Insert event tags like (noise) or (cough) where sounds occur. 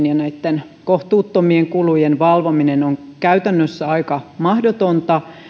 (unintelligible) ja näiden kohtuuttomien kulujen valvominen on aika mahdotonta